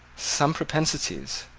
some propensities,